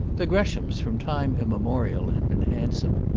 the greshams from time immemorial had been handsome.